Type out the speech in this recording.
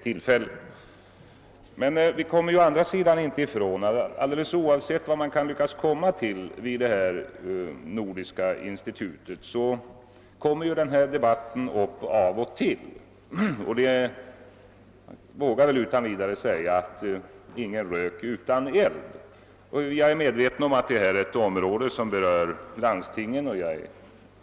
Å andra sidan kan vi väl inte undvika att — alldeles oavsett vad man kan lyckas komma fram till i det här nordiska institutet — denna debatt kommer att blossa upp av och till. Vi vågar väl utan vidare säga: Ingen rök utan eld. Jag är medveten om att detta är ett område, som berör landstingen. Jag är